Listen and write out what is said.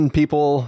people